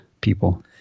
people